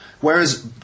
whereas